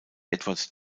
edward